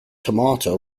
tomato